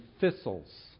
thistles